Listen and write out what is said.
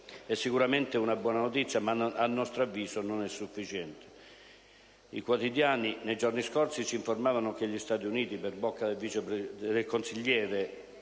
È sicuramente una buona notizia, ma a nostro avviso, non è sufficiente. I quotidiani, nei giorni scorsi, ci informavano che gli Stati Uniti, per bocca del vice consigliere